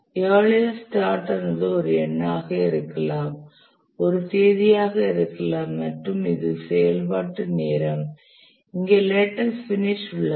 earliest start ஆனது ஒரு எண்ணாக இருக்கலாம் ஒரு தேதியாக இருக்கலாம் மேலும் இது செயல்பாட்டு நேரம் இங்கே லேட்டஸ்ட் பினிஷ் உள்ளது